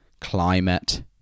climate